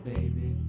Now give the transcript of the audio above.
baby